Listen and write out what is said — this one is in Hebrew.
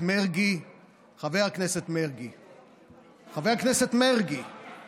זה חוק שנכתב יחד עם הרב דרוקמן, זקן רבני הציונות